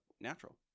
natural